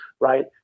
right